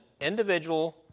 individual